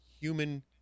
human